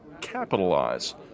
capitalize